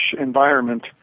environment